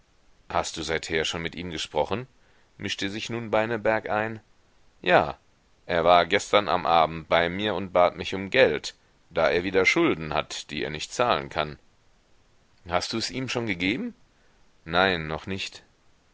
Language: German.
hast du seither schon mit ihm gesprochen mischte sich nun beineberg ein ja er war gestern am abend bei mir und bat mich um geld da er wieder schulden hat die er nicht zahlen kann hast du es ihm schon gegeben nein noch nicht